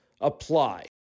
apply